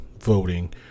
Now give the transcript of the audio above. voting